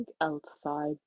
outside